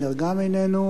גם איננו.